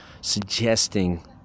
suggesting